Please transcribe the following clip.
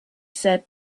said